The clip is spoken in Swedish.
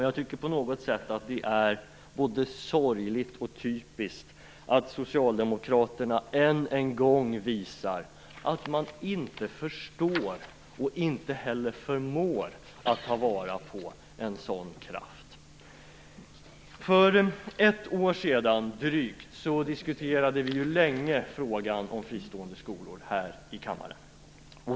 Jag tycker på något sätt att det är både sorgligt och typiskt att socialdemokraterna än en gång visar att man inte förstår och inte heller förmår att ta vara på en sådan kraft. För drygt ett år sedan diskuterade vi länge frågan om fristående skolor här i kammaren.